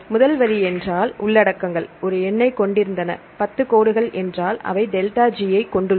முதல் வரி என்றால் உள்ளடக்கங்கள் ஒரு எண்ணைக் கொண்டிருந்தன 10 கோடுகள் என்றால் அவை ΔG ஐக் கொண்டுள்ளன